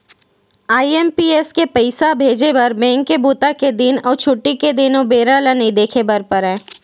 IMPS से पइसा भेजे बर बेंक के बूता के दिन अउ छुट्टी के दिन अउ बेरा ल नइ देखे बर परय